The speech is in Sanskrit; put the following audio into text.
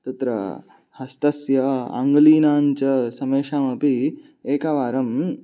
तत्र हस्तस्य अङ्गुलीनां च समेषामपि एकवारं